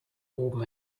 oben